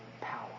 power